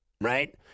right